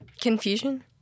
Confusion